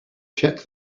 check